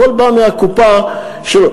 הכול בא מהקופה של,